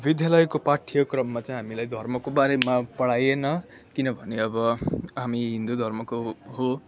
विद्यालयको पाठ्यक्रममा चाहिँ हामीलाई धर्मको बारेमा पढाइएन किनभने अब हामी हिन्दू धर्मको हो